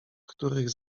których